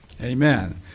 Amen